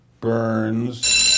Burns